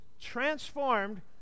transformed